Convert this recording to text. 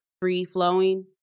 free-flowing